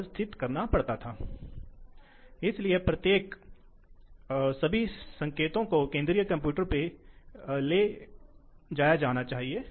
ऐसा नहीं है कि आप हमेशा ऊर्जा की बचत सभी महत्वपूर्ण मानदंड हैं